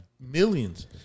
millions